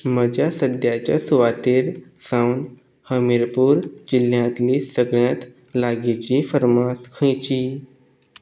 म्हज्या सद्याच्या सुवातेर सावन हमिरपूर जिल्ल्यांतली सगळ्यात लागींची फार्मास खंयची